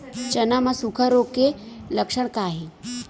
चना म सुखा रोग के लक्षण का हे?